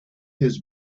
his